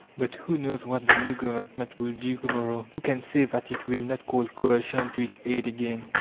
but who knows what the new government will do to-morrow? who can say that it will not call coercion to its aid again,